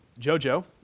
Jojo